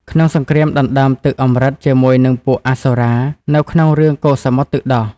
ក្នុងសង្គ្រាមដណ្តើមទឹកអម្រឹតជាមួយនឹងពួកអសុរា នៅក្នុងរឿងកូរសមុទ្រទឹកដោះ។